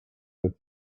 that